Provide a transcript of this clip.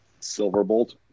Silverbolt